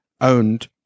owned